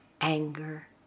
anger